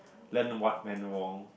learn what went wrong